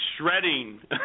shredding